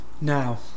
Now